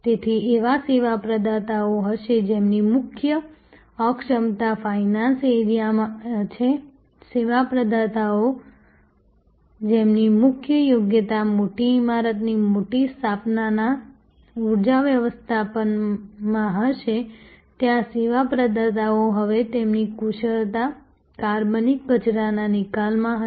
તેથી એવા સેવા પ્રદાતાઓ હશે જેમની મુખ્ય સક્ષમતા ફાઇનાન્સ એરિયામાં છે સેવા પ્રદાતાઓ જેમની મુખ્ય યોગ્યતા મોટી ઇમારતની મોટી સ્થાપનાના ઊર્જા વ્યવસ્થાપનમાં હશે ત્યાં સેવા પ્રદાતાઓ હશે જેમની કુશળતા કાર્બનિક કચરાના નિકાલમાં હશે